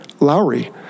lowry